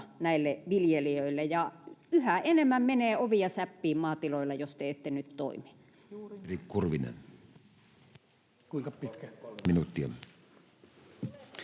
näille viljelijöille, ja yhä enemmän menee ovia säppiin maatiloilla, jos te ette nyt toimi.